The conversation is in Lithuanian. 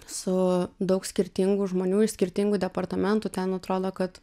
su daug skirtingų žmonių iš skirtingų departamentų ten atrodo kad